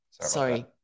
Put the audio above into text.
Sorry